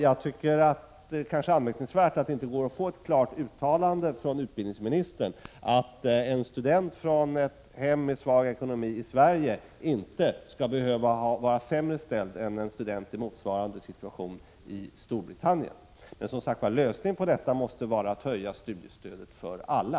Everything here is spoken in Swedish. Jag tycker att det är anmärkningsvärt att det inte går att få ett klart uttalande från utbildningsministern, att en student från ett hem med svag ekonomi i Sverige inte skall behöva vara sämre ställd än en student i motsvarande situation i Storbritannien. Men, som sagt var, lösningen på detta måste vara att öka studiestödet för alla.